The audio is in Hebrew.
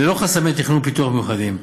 ללא חסמי תכנון ופיתוח מיוחדים,